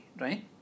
right